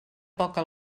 poca